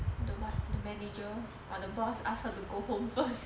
the what the manager or the boss ask her to go home first